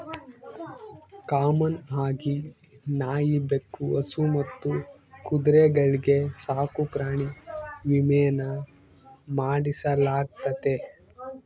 common ಆಗಿ ನಾಯಿ, ಬೆಕ್ಕು, ಹಸು ಮತ್ತು ಕುದುರೆಗಳ್ಗೆ ಸಾಕುಪ್ರಾಣಿ ವಿಮೇನ ಮಾಡಿಸಲಾಗ್ತತೆ